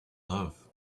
love